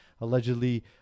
allegedly